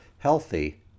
healthy